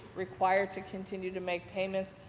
required to continue to make payments,